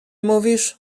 mówisz